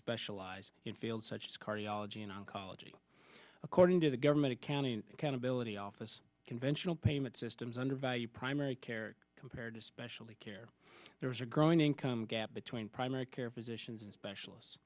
specialize in fields such as cardiology and oncology according to the government accounting accountability office conventional payment systems undervalue primary care compared to specialty care there is a growing income gap between primary care physicians and specialist